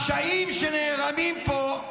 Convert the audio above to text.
הפשעים שנערמים פה,